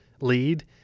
lead